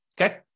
Okay